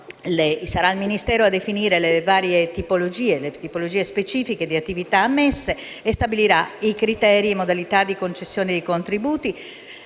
sarà il Ministero a definire le varie e specifiche tipologie di attività ammesse e stabilirà i criteri e le modalità di concessione dei contributi.